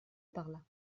parla